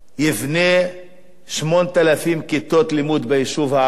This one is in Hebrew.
יבנה 8,000 כיתות לימוד ביישוב הערבי,